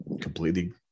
completely